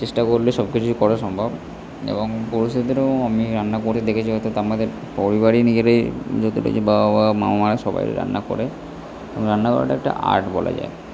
চেষ্টা করলে সব কিছুই করা সম্ভব এবং আমি রান্না করে দেখেছি হয়তো তা আমাদের পরিবারই নিজেরই বাবা মামা সবাই রান্না করে রান্না করাটা একটা আর্ট বলা যায়